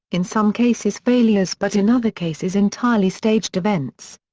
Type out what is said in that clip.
in some cases failures but in other cases entirely staged events.